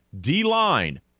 D-line